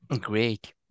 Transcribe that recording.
Great